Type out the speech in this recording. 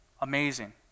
Amazing